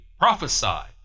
Prophesied